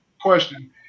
question